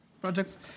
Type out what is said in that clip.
projects